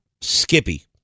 Skippy